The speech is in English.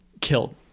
killed